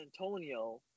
Antonio